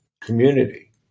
community